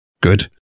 good